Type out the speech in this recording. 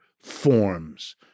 forms